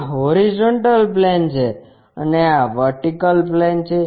આ horizontal plane છે અને આ વર્ટિકલ પ્લેન છે